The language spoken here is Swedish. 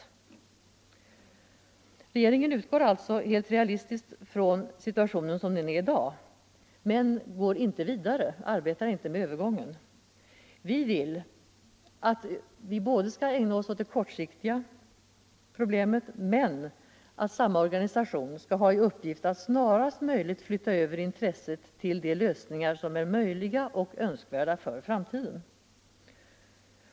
Regeringen utgår alltså helt realistiskt från situationen som den är i dag men går inte vidare, arbetar inte med övergången. Vi vill att man ägnar sig åt de kortsiktiga problemen men att samma organisation skall ha i uppgift att snarast möjligt flytta över intresset till de lösningar som är möjliga och önskvärda för framtiden.